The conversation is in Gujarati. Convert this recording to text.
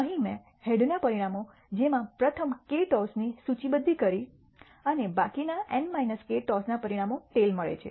અહીં મેં હેડના પરિણામે જેમાં પ્રથમ k ટોસની સૂચિબદ્ધ કરી અને બાકીની n k ટોસના પરિણામે ટેઈલ મળે છે